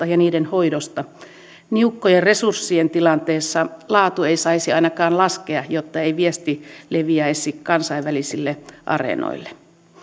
ja niiden hoidosta niukkojen resurssien tilanteessa laatu ei saisi ainakaan laskea jotta ei viesti leviäisi kansainvälisille areenoille